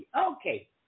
Okay